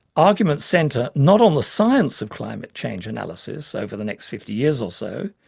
arguments centre not on the science of climate change analysis over the next fifty years or so,